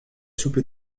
soupe